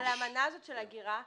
האמנה הזאת של ההגירה,